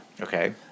Okay